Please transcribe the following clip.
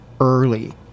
early